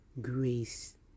grace